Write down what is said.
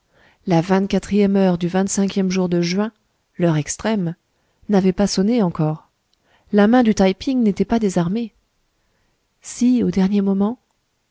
la vingt-quatrième heure du vingt cinquième jour de juin l'heure extrême n'avait pas sonné encore la main du taï ping n'était pas désarmée si au dernier moment